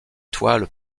toiles